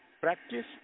practice